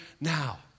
now